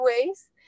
ways